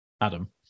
Adam